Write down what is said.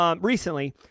Recently